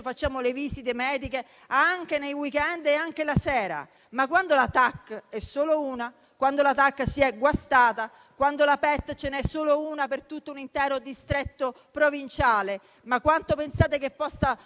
facciamo le visite mediche anche nei *weekend* e anche la sera. Quando la TAC è solo una, quando si è guastata, quando c'è una sola PET per tutto un intero distretto provinciale, quanto pensate che possa